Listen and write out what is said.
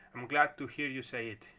i'm glad to hear you say it,